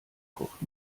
kocht